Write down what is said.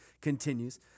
continues